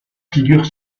figurent